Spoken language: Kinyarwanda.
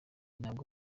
ntabwo